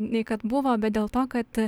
nei kad buvo bet dėl to kad